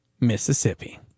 Mississippi